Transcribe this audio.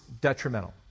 detrimental